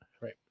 Right